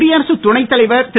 குடியரசுத் துணைத் தலைவர் திரு